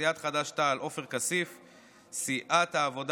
סיעת חד"ש-תע"ל,